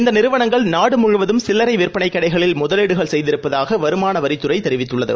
இந்தநிறுவனங்கள் நாடுமுழுவதும் சில்லரைவிற்பனைக் கடைகளில் முதலீடுகள் செய்திருப்பதாகவருமாகவரித்துநைதெரிவித்துள்ளது